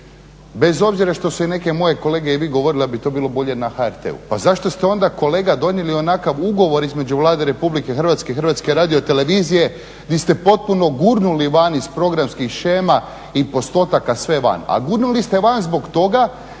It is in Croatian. bez obzira što su neke moje kolege i vi govorili da bi to bilo bolje na HRT-u, pa zašto ste onda kolega donijeli onakav ugovor između Vlade RH i HRT-a di ste potpuno gurnuli van iz programskih shema i postotaka sve van, a gurnuli ste van zbog toga